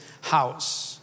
house